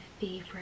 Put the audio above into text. favorite